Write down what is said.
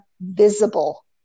visible